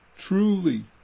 truly